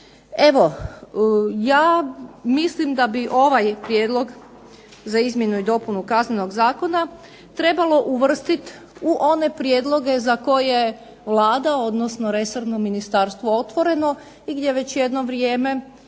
Evo ja mislim da bi ovaj prijedlog za izmjenu i dopunu Kaznenog zakona trebalo uvrstiti u one prijedloge za koje Vlada odnosno resorno ministarstvo otvoreno i gdje već jedno vrijeme